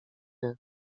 nie